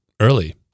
early